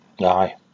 Aye